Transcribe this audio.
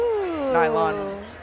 nylon